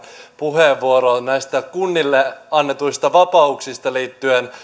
puheenvuoroon näistä kunnille annetuista vapauksista liittyen